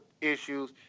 issues